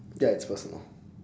ya it's personal